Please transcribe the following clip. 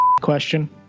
question